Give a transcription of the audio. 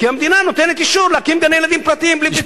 כי המדינה נותנת אישור להקים גני-ילדים פרטיים בלי פיקוח.